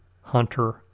hunter